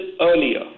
earlier